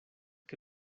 que